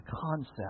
concept